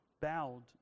bowed